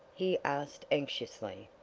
he asked anxiously.